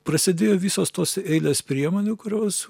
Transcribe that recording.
prasidėjo visos tos eilės priemonių kurios